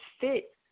fit